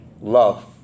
Love